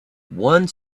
one